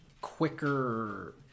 quicker